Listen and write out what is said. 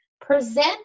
present